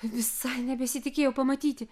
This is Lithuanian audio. visai nebesitikėjau pamatyti